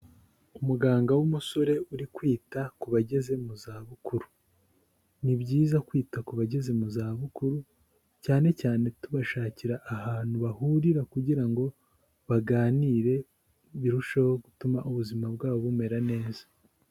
Umuganga w'umusore uri kwita ku bageze mu zabukuru, ni byiza kwita ku bageze mu zabukuru, cyane cyane tubashakira ahantu bahurira kugira ngo baganire birusheho gutuma ubuzima bwabo bumera neza.